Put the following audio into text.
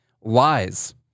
lies